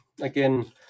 again